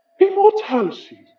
immortality